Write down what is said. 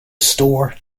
store